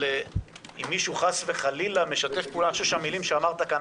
אם מישהו חס וחלילה משתף פעולה --- אני חושב שהמילים שאמרת כאן